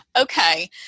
Okay